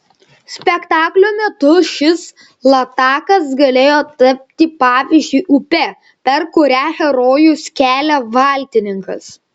spektaklio metu šis latakas galėjo tapti pavyzdžiui upe per kurią herojus kelia valtininkas